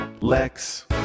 Lex